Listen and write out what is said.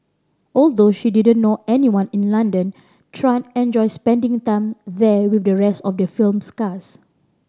although she didn't know anyone in London Tran enjoyed spending time there with the rest of the film's cast